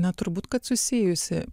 na turbūt kad susijusi